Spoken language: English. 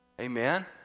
Amen